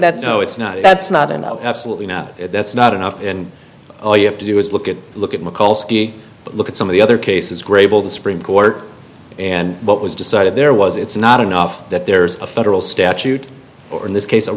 that no it's not that's not enough absolutely no that's not enough and all you have to do is look at look at mccall's look at some of the other cases grable the supreme court and what was decided there was it's not enough that there is a federal statute or in this case